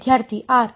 ವಿದ್ಯಾರ್ಥಿ ಆರ್